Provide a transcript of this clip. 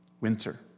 Winter